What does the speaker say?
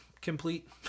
complete